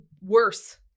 worse